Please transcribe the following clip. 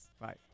Right